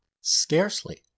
scarcely